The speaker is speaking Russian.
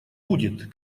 будет